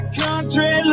country